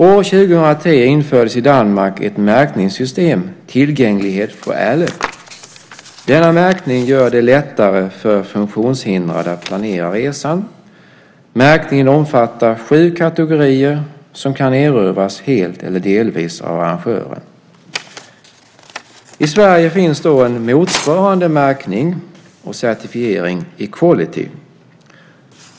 År 2003 infördes i Danmark ett märkningssystem, Tilgænglighed for alle. Den märkningen gör det lättare för funktionshindrade att planera resan. Märkningen omfattar sju kategorier som kan erövras helt eller delvis av arrangören. I Sverige finns en motsvarande märkning och certifiering, Equality.